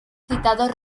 citados